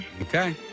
Okay